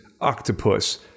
octopus